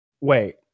wait